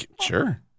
Sure